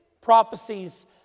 prophecies